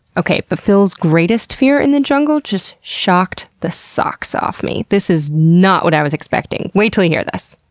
okay, but phil's greatest fear in the jungle just shocked the socks off me. this is not what i was expecting. wait til you hear this.